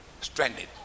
stranded